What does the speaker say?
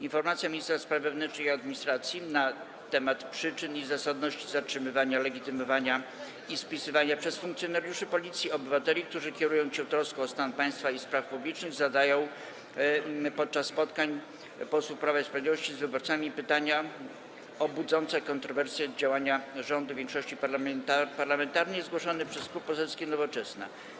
Informacja ministra spraw wewnętrznych i administracji na temat przyczyn i zasadności zatrzymywania, legitymowania i spisywania przez funkcjonariuszy Policji obywateli, którzy kierując się troską o stan państwa i spraw publicznych, zadają podczas spotkań posłów Prawa i Sprawiedliwości z wyborcami pytania o budzące kontrowersje działania rządu i większości parlamentarnej, zgłoszony przez Klub Poselski Nowoczesna,